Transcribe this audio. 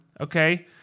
okay